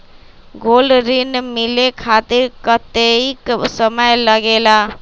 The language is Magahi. गोल्ड ऋण मिले खातीर कतेइक समय लगेला?